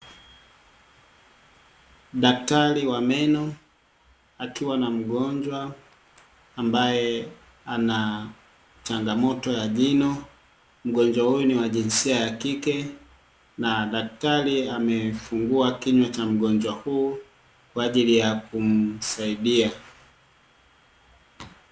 Daktari wa meno akiwa na mgonjwa, ambaye ana changamoto ya jino. Mgonjwa huyu ni wa jinsia ya kike na daktari amefungua kinywa cha mgonjwa huyu, kwa ajili ya kumsaidia.